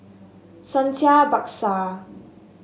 Santha Bhaskar